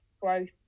growth